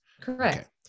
Correct